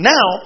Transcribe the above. Now